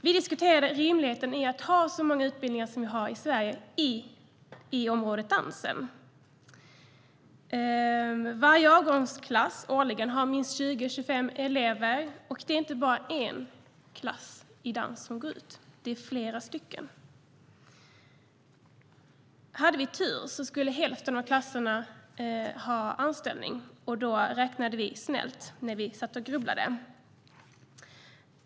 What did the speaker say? Vi diskuterade rimligheten i att ha så många utbildningar som vi har i Sverige på området dans. Varje avgångsklass har minst 20-25 elever, och det är inte bara en klass i dans som går ut utan det är flera stycken. Hade vi tur skulle hälften av klasserna få anställning, och då räknade vi snällt när vi satt och grubblade.